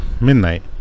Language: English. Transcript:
Midnight